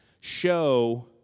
show